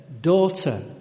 daughter